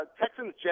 Texans